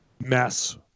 mess